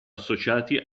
associati